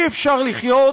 אי-אפשר לחיות